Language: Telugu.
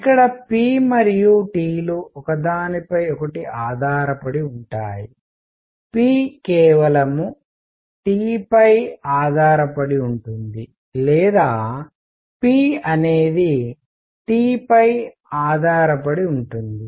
ఇక్కడ p మరియు T లు ఒకదానిపై ఒకటి ఆధారపడి ఉంటాయి p కేవలం T పై ఆధారపడి ఉంటుంది లేదా p అనేది T పై ఆధారపడి ఉంటుంది